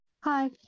Hi